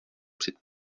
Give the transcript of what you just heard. před